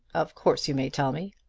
of course you may tell me.